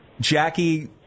Jackie